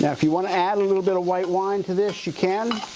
yeah if you wanna add a little bit of white wine to this, you can.